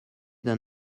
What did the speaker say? d’un